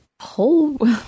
whole